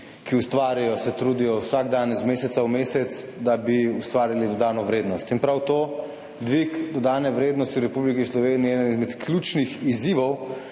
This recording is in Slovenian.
ki ustvarijo, se trudijo vsak dan iz meseca v mesec, da bi ustvarili dodano vrednost. In prav to, dvig dodane vrednosti v Republiki Sloveniji, je eden izmed ključnih izzivov,